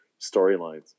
storylines